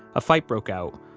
a fight broke out,